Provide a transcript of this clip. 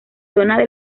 zona